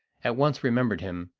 at once remembered him,